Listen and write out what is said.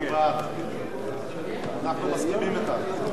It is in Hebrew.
אנחנו מסכימים אתך.